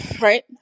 right